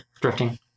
drifting